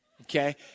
okay